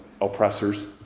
oppressors